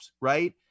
right